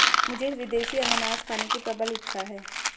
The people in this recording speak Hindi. मुझे विदेशी अनन्नास खाने की प्रबल इच्छा है